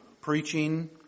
preaching